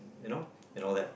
you know and all that